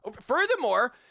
Furthermore